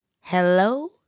hello